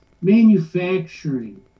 manufacturing